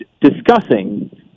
discussing